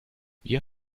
wir